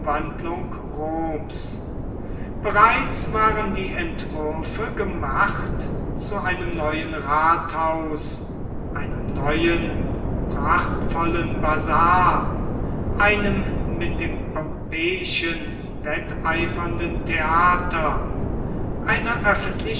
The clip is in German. bereits waren die entwürfe gemacht zu einem neuen rathaus einem neuen prachtvollen basar einem mit dem pompeischen wetteifernden theater einer